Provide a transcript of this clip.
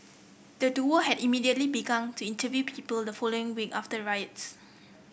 the duo had immediately began to interview people the following week after riots